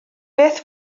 beth